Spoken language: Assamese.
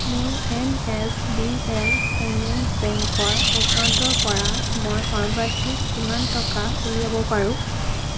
মোৰ N S D L payment বেংকৰ একাউণ্টৰ পৰা মই সৰ্বাধিক কিমান টকা উলিয়াব পাৰোঁ